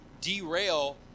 derail